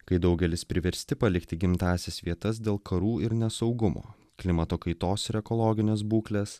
kai daugelis priversti palikti gimtąsias vietas dėl karų ir nesaugumo klimato kaitos ir ekologinės būklės